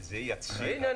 הנה,